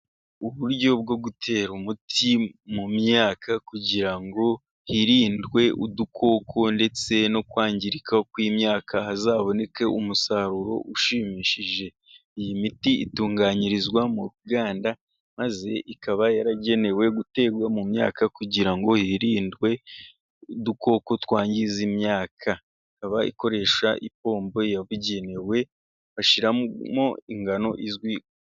Uburyo bwo gutera umuti mu myaka kugira ngo hirindwe udukoko, ndetse no kwangirika kw'imyaka hazaboneke umusaruro ushimishije, iyi miti itunganyirizwa mu nganda maze ikaba yaragenewe guterwa mu myaka, kugira ngo hirindwe udukoko twangiza imyaka. Bayikoresha ipombo yabugenewe bashyiramo ingano izwi.